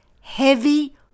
heavy